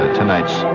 tonight's